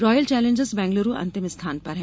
royal challengers Bangalore अंतिम स्थान पर है